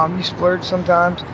um we splurge sometimes,